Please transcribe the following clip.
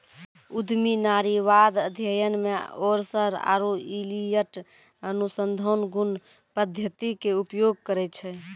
उद्यमी नारीवाद अध्ययन मे ओरसर आरु इलियट अनुसंधान गुण पद्धति के उपयोग करै छै